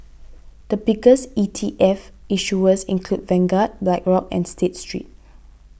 the biggest E T F issuers include Vanguard Blackrock and State Street